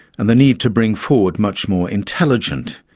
and the need to bring forward much more intelligent,